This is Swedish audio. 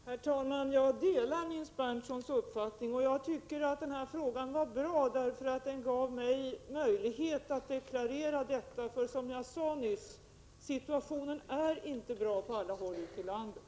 Herr talman! Jag delar Nils Berndtsons uppfattning. Jag tycker att den här frågan var bra, därför att den gav mig möjlighet att deklarera detta. Som jag nyss sade är situationen inte bra på alla håll ute i landet.